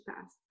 passed